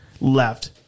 left